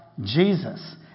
Jesus